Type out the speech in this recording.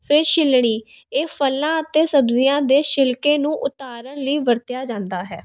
ਫਿਰ ਛਿੱਲਣੀ ਇਹ ਫਲਾਂ ਅਤੇ ਸਬਜ਼ੀਆਂ ਦੇ ਛਿਲਕੇ ਨੂੰ ਉਤਾਰਨ ਲਈ ਵਰਤਿਆ ਜਾਂਦਾ ਹੈ